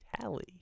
tally